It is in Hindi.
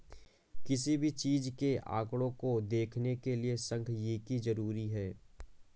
किसी भी चीज के आंकडों को देखने के लिये सांख्यिकी जरूरी हैं